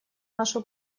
нашу